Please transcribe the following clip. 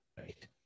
Right